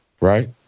right